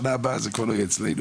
שנה הבאה זה כבר לא יהיה אצלנו,